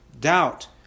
doubt